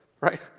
right